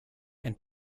and